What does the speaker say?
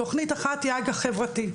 תכנית אחת היא אג"ח חברתי.